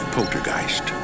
Poltergeist